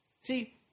See